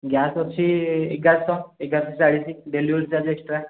gas ଅଛି ଏଗାରଶହ ଏଗାରଶହ ଚାଳିଶି ଡେଲିଭରି ଏକ୍ସଟ୍ରା